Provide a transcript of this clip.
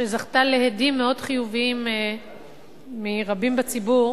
זכתה להדים חיוביים מאוד מרבים בציבור